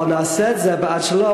אבל נעשה את זה בעד שלום.